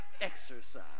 exercise